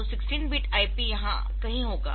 तो 16 bit IP यहां कहीं होगा